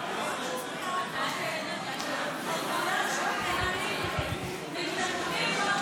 להעביר לוועדה את הנושא לא נתקבלה.